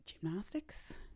gymnastics